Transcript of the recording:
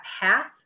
path